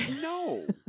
no